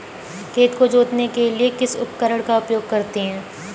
खेत को जोतने के लिए किस उपकरण का उपयोग करते हैं?